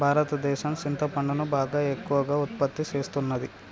భారతదేసం సింతపండును బాగా ఎక్కువగా ఉత్పత్తి సేస్తున్నది